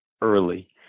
early